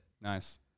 Nice